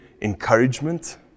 encouragement